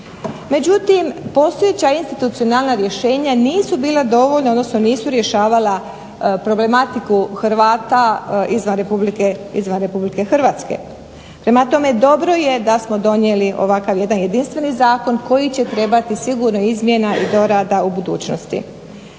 Međutim, postojeća institucionalna rješenja nisu bila dovoljna odnosno nisu rješavala problematiku Hrvata izvan RH. Prema tome, dobro je da smo donijeli ovakav jedan jedinstveni zakon koji će trebati sigurno izmjena i dorada u budućnosti.